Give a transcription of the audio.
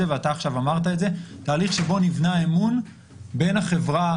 ואתה אמרת את זה תהליך שבו נבנה האמון בין החברה